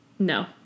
No